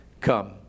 come